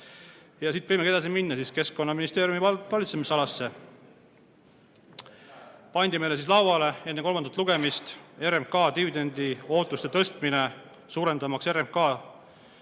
Ja siit võimegi edasi minna Keskkonnaministeeriumi valitsemisalasse. Pandi meile lauale enne kolmandat lugemist RMK dividendi ootuste tõstmine, et suurendada RMK